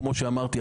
כמו שאמרתי,